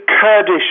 Kurdish